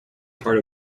part